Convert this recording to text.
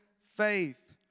faith